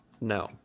No